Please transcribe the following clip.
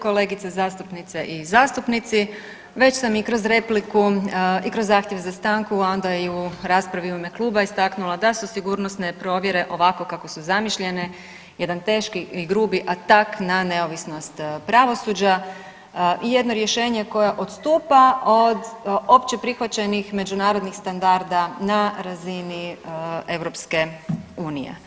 Kolegice zastupnice i zastupnici, već sam i kroz repliku i kroz zahtjev za stanku, a onda i u raspravi u ime kluba istaknula da su sigurnosne provjere ovako kako su zamišljene jedan teški i grubi atak na neovisnost pravosuđa i jedno rješenje koje odstupa od opće prihvaćenih međunarodnih standarda na razini EU.